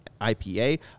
IPA